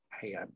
hey